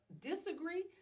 disagree